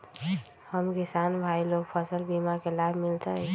हम किसान भाई लोग फसल बीमा के लाभ मिलतई?